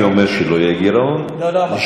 גפני אומר שלא יהיה גירעון, לא, לא אמרתי את זה.